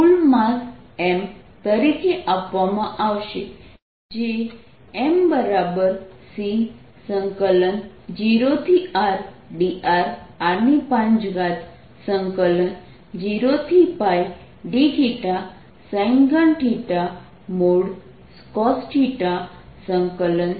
તો કુલ માસ M તરીકે આપવામાં આવશે જે MC0Rdr r50dθsin3cosθ02πcos2ϕdϕ છે તે જવાબ છે